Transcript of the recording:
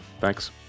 Thanks